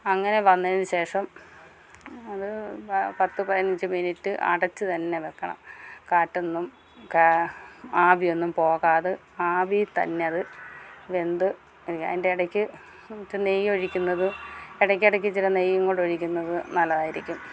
അങ്ങനെ വന്നതിന് ശേഷം അത് വ പത്ത് പതിനഞ്ച് മിന്റ്റ് അടച്ച് തന്നെ വെക്കണം കാറ്റൊന്നും കേ ആവിയൊന്നും പോകാതെ ആവീത്തന്നത് വെന്ത് ഇരിക്കണം അതിന്റെടയ്ക്ക് ഇറ്റ് നെയ്യൊഴിക്കുന്നത് ഇടയ്ക്കെടയ്ക്കിച്ചരെ നെയ്യും കൂടെ ഒഴിക്കുന്നത് നല്ലതായിരിക്കും